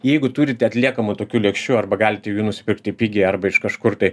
jeigu turite atliekamų tokių lėkščių arba galite jų nusipirkti pigiai arba iš kažkur tai